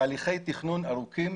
תהליכי התכנון ארוכים,